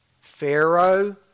Pharaoh